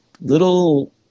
Little